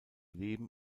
leben